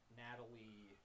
natalie